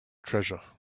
treasure